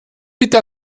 bitte